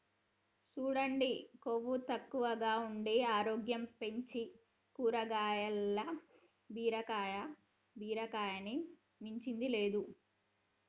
సూడండి కొవ్వు తక్కువగా ఉండి ఆరోగ్యం పెంచీ కాయగూరల్ల బీరకాయని మించింది లేదు